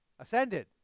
ascended